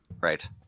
Right